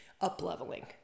up-leveling